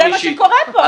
אבל זה מה שקורה פה.